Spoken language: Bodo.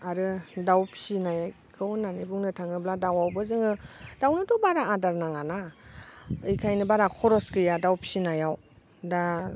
आरो दाव फिसिनायखौ होननानै बुंनो थाङोब्ला दाउआवबो जोङो दावनोथ' बारा आदार नाङा ना बेखायनो बारा खरस गैया दाव फिसिनायाव दा